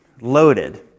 loaded